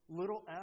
little